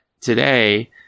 today